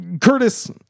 Curtis